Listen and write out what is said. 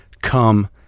come